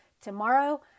tomorrow